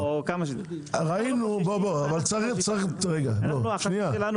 רגע שנייה,